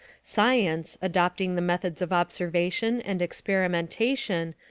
science, adopting the methods of observation and experimentation,